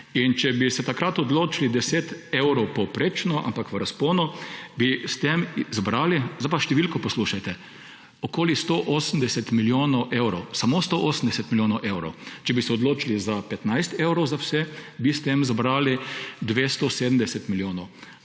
In če bi se takrat odločili 10 evrov povprečno, ampak v razponu, bi s tem zbrali – sedaj pa številko poslušajte – okoli 180 milijonov evrov. Samo 180 milijonov evrov. Če bi se odločili za 15 evrov za vse, bi s tem zbrali 270 milijonov.